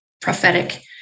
prophetic